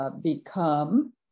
become